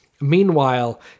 Meanwhile